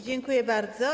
Dziękuję bardzo.